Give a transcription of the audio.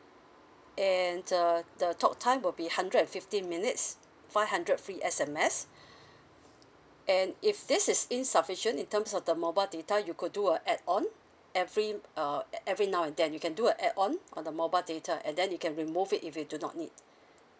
and uh the talk time will be hundred and fifty minutes five hundred free S_M_S and if this is insufficient in terms of the mobile data you could do a add on every uh every now and then you can do a add on on the mobile data and then you can remove it if you do not need